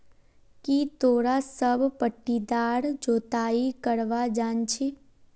की तोरा सब पट्टीदार जोताई करवा जानछी